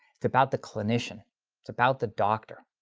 it's about the clinician. it's about the doctor.